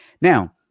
Now